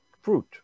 fruit